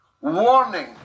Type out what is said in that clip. warning